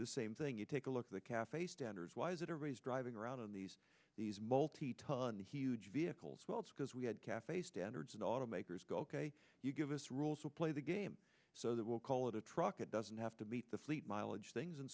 the same thing you take a look at the cafe standards why is it always driving around on these these multi ton he would you vehicles well it's because we had cafe standards and automakers go ok you give us rules to play the game so that we'll call it a truck it doesn't have to meet the fleet mileage things and